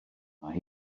mae